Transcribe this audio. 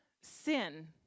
sin